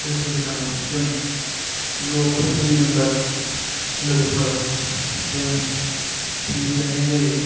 बोसोर गोदानाव जों ज' फेमिलि मेम्बार लोगोफोरजों फिकनिक जाहैनाय जायो